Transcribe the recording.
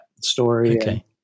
story